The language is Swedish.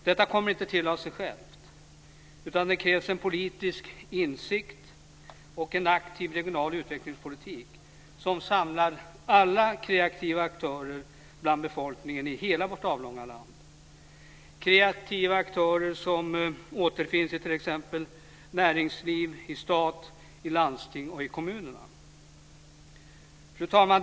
Detta kommer inte till av sig självt, utan det krävs en politisk insikt och en aktiv regional utvecklingspolitik som samlar alla kreativa aktörer bland befolkningen i hela vårt avlånga land, kreativa aktörer som återfinns i t.ex. näringslivet, staten, landstinget och kommunerna. Fru talman!